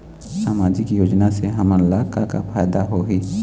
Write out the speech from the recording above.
सामाजिक योजना से हमन ला का का फायदा होही?